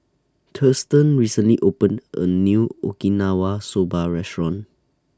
Thurston recently opened A New Okinawa Soba Restaurant